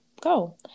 go